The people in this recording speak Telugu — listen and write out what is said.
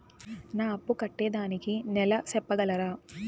నా అప్పు కట్టేదానికి నెల సెప్పగలరా?